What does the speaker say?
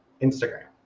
Instagram